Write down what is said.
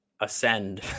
ascend